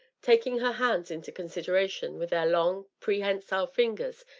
taking her hands into consideration, with their long, prehensile fingers,